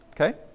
Okay